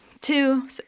Two